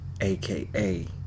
AKA